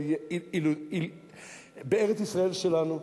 בארץ-ישראל שלנו,